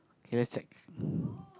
K let's check